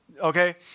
okay